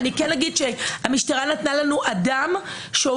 אבל אני כן אגיד שהמשטרה נתנה לנו אדם שעובד